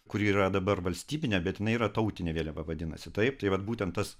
kuri yra dabar valstybinė bet jinai yra tautinė vėliava vadinasi taip tai vat būtent tas